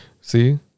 See